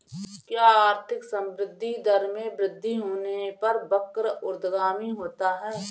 क्या आर्थिक संवृद्धि दर में वृद्धि होने पर वक्र ऊर्ध्वगामी होता है?